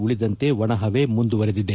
ಉಳಿದಂತೆ ಒಣಹವೆ ಮುಂದುವರೆದಿದೆ